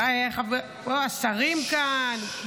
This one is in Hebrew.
השרים כאן,